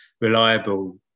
reliable